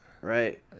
right